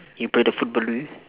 you play the football